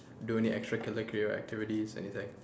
do any extra curricular activities anything